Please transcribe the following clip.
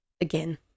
Again